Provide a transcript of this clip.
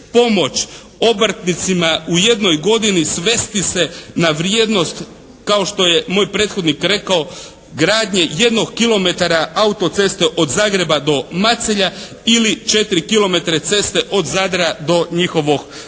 pomoć obrtnicima u jednoj godini svesti se na vrijednost kao što je moj prethodnih rekao gradnje jednog kilometara autoceste od Zagreba do Macelja ili 4 kilometra ceste od Zadra do njihovog aerodroma.